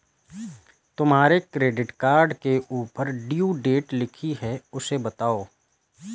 तुम्हारे credit card के ऊपर ड्यू डेट लिखी है उसे बताओ